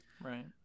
Right